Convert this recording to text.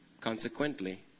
consequently